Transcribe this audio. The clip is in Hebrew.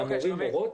המורים והמורות.